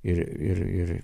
ir ir ir